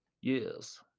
yes